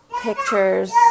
pictures